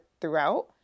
throughout